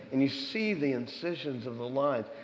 and you see the incisions of the lines.